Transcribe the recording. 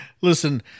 listen